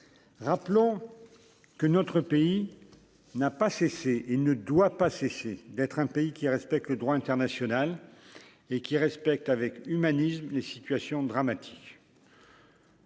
rappelons que notre pays n'a pas cessé et ne doit pas cesser d'être un pays qui respecte le droit international et qui respecte avec humanisme les situations dramatiques.